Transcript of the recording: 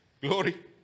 Glory